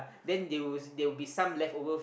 then they will they will be some leftover